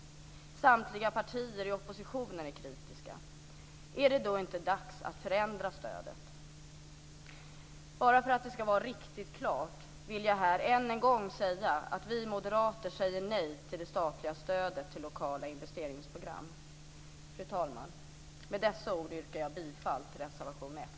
Samtliga partier i oppositionen är kritiska. Är det då inte dags att förändra stödet? Bara för att det ska vara riktigt klart vill jag här än en gång säga att vi moderater säger nej till det statliga stödet till lokala investeringsprogram. Fru talman! Med dessa ord yrkar jag bifall till reservation 1.